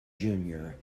junior